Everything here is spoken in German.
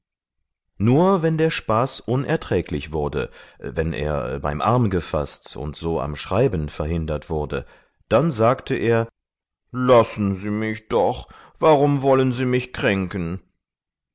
nur wenn der spaß unerträglich wurde wenn er beim arm gefaßt und so am schreiben verhindert wurde dann sagte er lassen sie mich doch warum wollen sie mich kränken